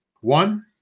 One